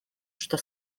что